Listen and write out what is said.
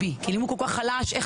אני לא זוכר.